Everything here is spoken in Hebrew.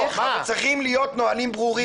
צריכים להיות נהלים ברורים.